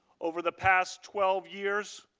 over the past twelve years,